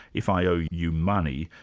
if i owe you money,